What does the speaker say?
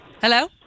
Hello